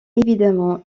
évidemment